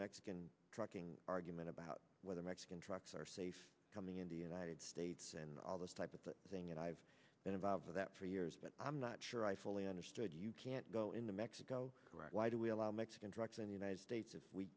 mexican trucking argument about whether mexican trucks are safe coming in the united states and all this type of thing and i've been involved with that for years but i'm not sure i fully understood you can't go in the actually go why do we allow mexican trucks in the united states if we